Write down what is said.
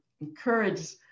encourage